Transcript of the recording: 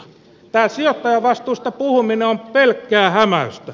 tämä sijoittajavastuista puhuminen on pelkkää hämäystä